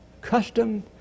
custom